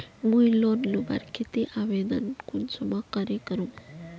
मुई लोन लुबार केते आवेदन कुंसम करे करूम?